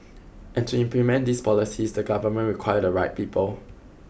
and to implement these policies the government require the right people